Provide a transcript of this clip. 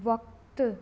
वक़्तु